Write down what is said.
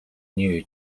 new